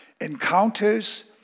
Encounters